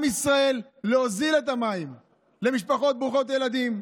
ישראל להוזיל את המים למשפחות ברוכות ילדים.